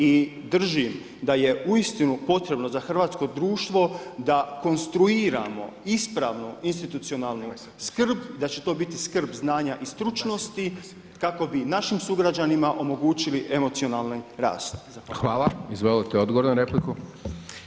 I držim da je uistinu potrebno za hrvatsko društvo da konstruiramo ispravo institucionalnu skrb, da će to biti skrb znanja i stručnosti kako bi našim sugrađanima omogućili emocionalni rast.